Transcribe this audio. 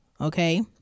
okay